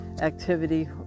activity